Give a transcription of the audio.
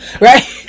right